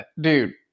dude